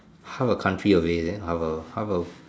half a country of it is it half a half a